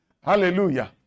Hallelujah